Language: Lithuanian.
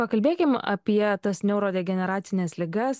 pakalbėkim apie tas neurodegeneracines ligas